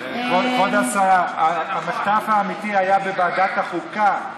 כבוד השרה, המחטף האמיתי היה בוועדת החוקה.